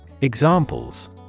Examples